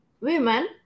women